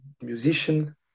musician